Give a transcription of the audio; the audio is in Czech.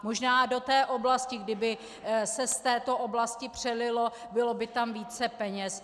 Možná kdyby do té oblasti kdyby se z této oblasti přelilo, bylo by tam více peněz.